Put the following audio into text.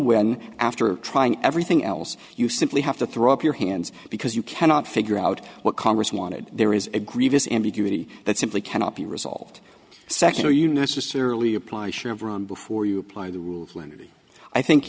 when after trying everything else you simply have to throw up your hands because you cannot figure out what congress wanted there is a grievous ambiguity that simply cannot be resolved secular you necessarily apply share of run before you apply the rule i think i think